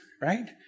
right